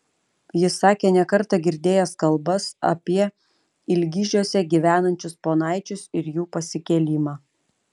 jis sakė ne kartą girdėjęs kalbas apie ilgižiuose gyvenančius ponaičius ir jų pasikėlimą